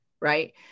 Right